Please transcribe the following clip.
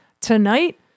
Tonight